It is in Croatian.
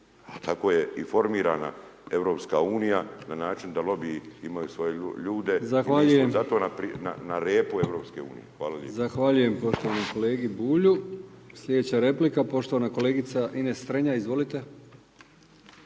tako je i formirana EU na način da lobiji imaju svoje ljude i mi smo zato na repu EU. Hvala lijepo. **Brkić, Milijan (HDZ)** Zahvaljujem poštovanom kolegi Bulju. Sljedeća replika poštovana kolegica Ines Strenja. Izvolite.